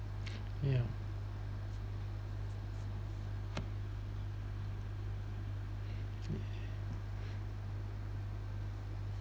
ya yeah